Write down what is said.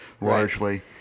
largely